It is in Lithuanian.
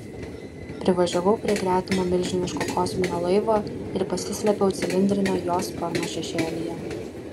privažiavau prie gretimo milžiniško kosminio laivo ir pasislėpiau cilindrinio jo sparno šešėlyje